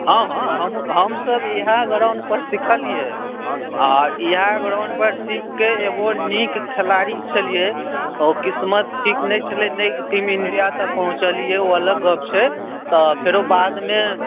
हॅं हॅं हम हमसब एहि गराउण्ड पर सिखलियै आ इएह गराउण्ड पर सीखि कए एगो नीक खेलाड़ी छलियै औ किसमत ठीक नहि छलै आ नहि टीम इण्डिया तक नहि पहुँचलियै ओ अलग गप छै तँ फेरो बादमे